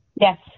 Yes